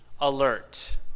alert